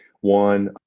one